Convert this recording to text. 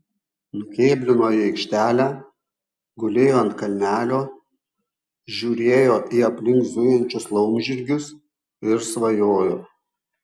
nukėblino į aikštelę gulėjo ant kalnelio žiūrėjo į aplink zujančius laumžirgius ir svajojo